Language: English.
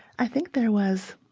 i think there was